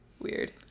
Weird